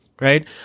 right